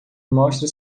mostra